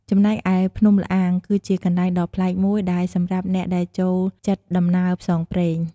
ចំណែកឯ ភ្នំល្អាង គឺជាកន្លែងដ៏ប្លែកមួយដែលសម្រាប់អ្នកដែលចូលចិត្តដំណើរផ្សងព្រេង។